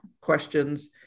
questions